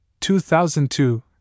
2002